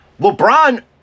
LeBron